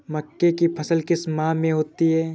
मक्के की फसल किस माह में होती है?